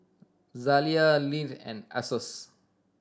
Zalia Lindt and Asos